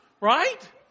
Right